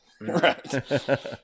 Right